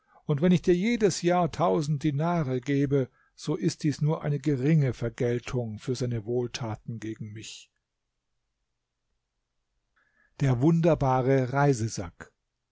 und wenn ich dir jedes jahr tausend dinare gebe so ist dies nur eine geringe vergeltung für seine wohltaten gegen mich der wunderbare